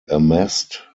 amassed